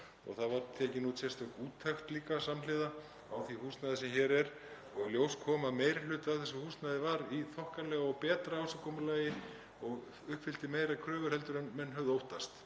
og var gerð sérstök úttekt samhliða á því húsnæði sem hér er. Í ljós kom að meiri hlutinn af þessu húsnæði var í þokkalegu og betra ásigkomulagi og uppfyllti meiri kröfur en menn höfðu óttast.